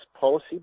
policy